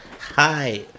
Hi